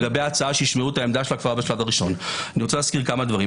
שישמעו את עמדתה כבר בשלב הראשון אחת,